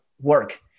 work